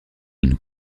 une